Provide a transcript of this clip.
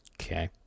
Okay